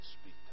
speak